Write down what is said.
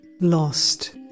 lost